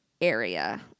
area